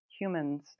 humans